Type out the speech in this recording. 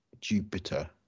Jupiter